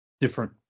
different